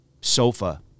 sofa